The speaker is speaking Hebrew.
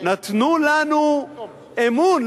נתנו לנו אמון,